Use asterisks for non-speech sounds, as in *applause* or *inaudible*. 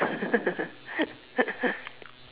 *laughs*